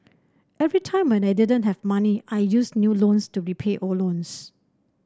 every time when I didn't have money I used new loans to repay old loans